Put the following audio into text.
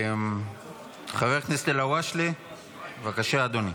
חבר הכנסת אלהואשלה, בבקשה, אדוני.